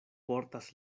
portas